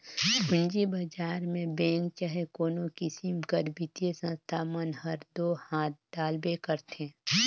पूंजी बजार में बेंक चहे कोनो किसिम कर बित्तीय संस्था मन हर दो हांथ डालबे करथे